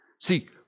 See